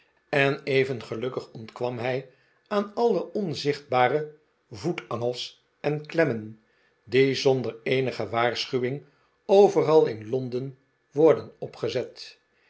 en even gelukkig ontkwam hij aan alle onzichtbare voetangels en klemmen die zonder eenige waarschuwing overal in lohden worden opgezet